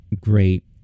great